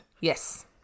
Yes